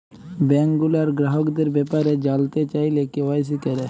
bank গুলার গ্রাহকদের ব্যাপারে জালতে চাইলে কে.ওয়াই.সি ক্যরা